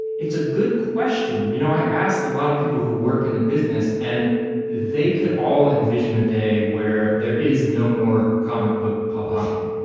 it's a good question. you know i asked a lot of people who work in the business and they could all envision a day where there is no more comic book publishing,